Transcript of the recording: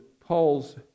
Paul's